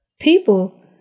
People